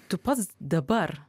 tu pats dabar